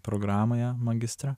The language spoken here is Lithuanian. programoje magistrą